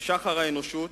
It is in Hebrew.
בשחר האנושות